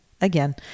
again